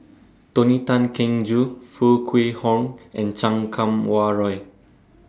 Tony Tan Keng Joo Foo Kwee Horng and Chan Kum Wah Roy